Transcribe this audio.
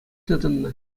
тытӑннӑ